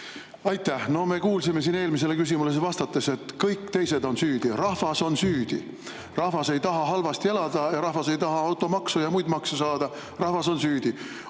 Aitäh! No me kuulsime siin vastuses eelmisele küsimusele, et kõik teised on süüdi. Rahvas on süüdi! Rahvas ei taha halvasti elada ja rahvas ei taha automaksu ja muid makse saada, rahvas on süüdi.